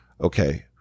Okay